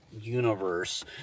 universe